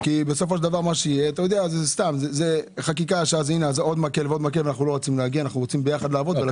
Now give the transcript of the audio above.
כי זה חקיקה שעוד מקל ועוד מקל ואנחנו רוצים יחד לעבוד.